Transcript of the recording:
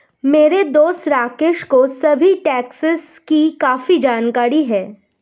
मेरे दोस्त राकेश को सभी टैक्सेस की काफी जानकारी है